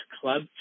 club